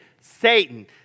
Satan